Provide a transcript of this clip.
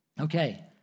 Okay